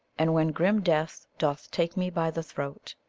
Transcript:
and when grim death doth take me by the throat,